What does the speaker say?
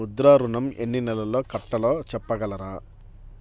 ముద్ర ఋణం ఎన్ని నెలల్లో కట్టలో చెప్పగలరా?